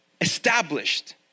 established